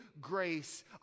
grace